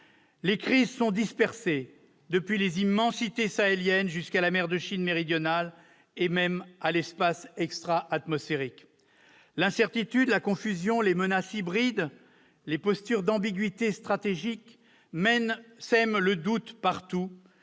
Les crises sont dispersées, depuis les immensités sahéliennes jusqu'à la mer de Chine méridionale et même à l'espace extra-atmosphérique. L'incertitude, la confusion, les menaces hybrides, les postures d'ambiguïté stratégique sèment le doute partout,